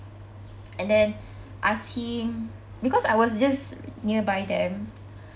and then ask him because I was just nearby them